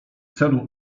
celu